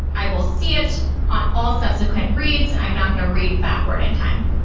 i will see it on all subsequent reads. i'm not going to read backward in time.